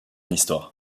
histoire